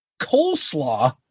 coleslaw